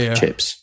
chips